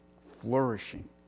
flourishing